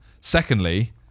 Secondly